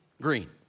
green